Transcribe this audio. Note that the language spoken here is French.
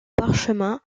parchemin